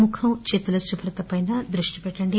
ముఖం చేతుల శుభ్రతపై దృష్టి పెట్లండి